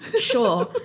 Sure